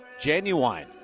genuine